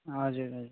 हजुर हजुर